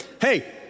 Hey